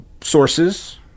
sources